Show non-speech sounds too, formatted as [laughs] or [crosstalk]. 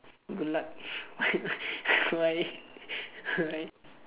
good luck [laughs] why why